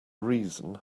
reason